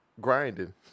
grinding